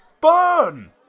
burn